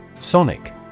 Sonic